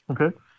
Okay